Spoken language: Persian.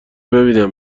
ببینم